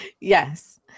Yes